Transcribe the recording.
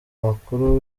umukuru